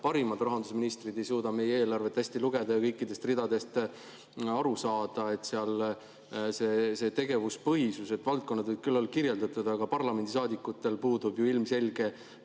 parimad rahandusministrid ei suuda meie eelarvet hästi lugeda ja kõikidest ridadest aru saada. Seal on tegevuspõhiselt valdkonnad küll kirjeldatud, aga parlamendisaadikutel puudub ju ilmselgelt